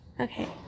okay